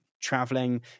traveling